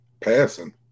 passing